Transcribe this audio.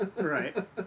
right